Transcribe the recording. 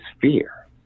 fear